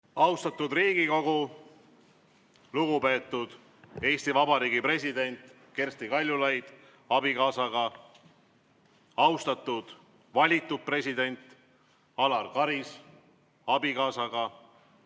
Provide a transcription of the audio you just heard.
Austatud Riigikogu! Lugupeetud Eesti Vabariigi president Kersti Kaljulaid abikaasaga! Austatud valitud president Alar Karis abikaasaga!